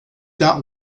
got